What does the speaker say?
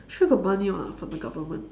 sure got money [one] from the government